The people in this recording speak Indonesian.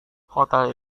hotel